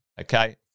Okay